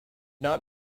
not